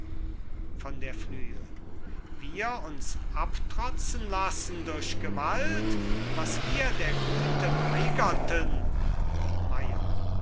von der flüe wir uns abtrotzen lassen durch gewalt was wir der güte weigerten